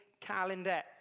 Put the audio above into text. calendar